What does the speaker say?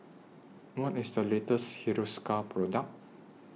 What IS The latest Hiruscar Product